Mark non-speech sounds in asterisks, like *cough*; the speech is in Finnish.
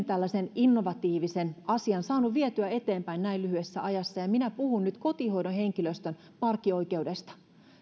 *unintelligible* tällaisen innovatiivisen asian saanut vietyä eteenpäin näin lyhyessä ajassa ja minä puhun nyt kotihoidon henkilöstön parkkioikeudesta